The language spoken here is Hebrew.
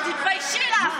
בבקשה.